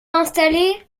installé